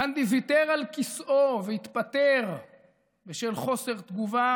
גנדי ויתר על כיסאו והתפטר בשל חוסר תגובה